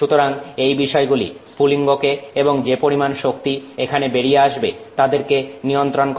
সুতরাং এই বিষয়গুলি স্ফুলিঙ্গকে এবং যে পরিমাণ শক্তি এখানে বেরিয়ে আসবে তাদেরকে নিয়ন্ত্রণ করে